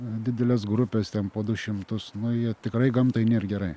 didelės grupės ten po du šimtus nu jie tikrai gamtai nėr gerai